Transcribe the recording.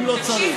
אם לא צריך?